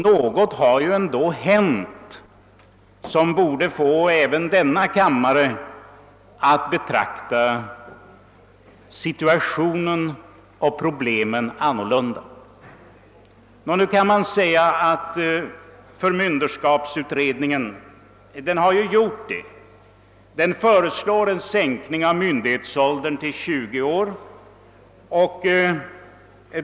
Något har ju ändå hänt som borde få även ledamöterna av denna kammare att betrakta situationen och problemen på ett annat sätt än de gör. Men nu kan man säga att förmynderskapsutredningen har sett frågan ur en annan synvinkel. Den föreslår sänkning av myndighetsåldern till 20 år.